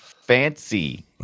Fancy